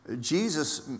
Jesus